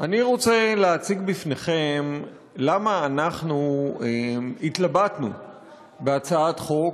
אני רוצה להציג בפניכם למה אנחנו התלבטנו בהצעת חוק